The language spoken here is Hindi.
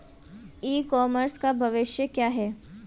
ई कॉमर्स का भविष्य क्या है?